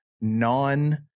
non